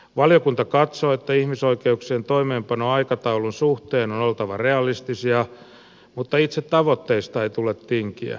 valiokunta katsoo että ihmisoikeuksien toimeenpanoaikataulun suhteen on oltava realistisia mutta itse tavoitteista ei tule tinkiä